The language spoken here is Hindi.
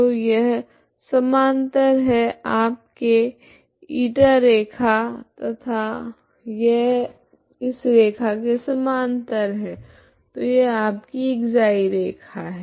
तो यह समांतर है आपके η रैखा तथा यह यह इस रैखा के समांतर है तो यह आपकी ξ रैखा है